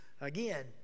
again